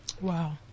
Wow